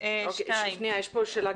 כאן שאלה.